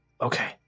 Okay